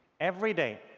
every day,